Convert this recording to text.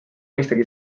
mõistagi